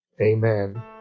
amen